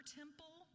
temple